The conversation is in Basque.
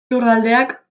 lurraldeak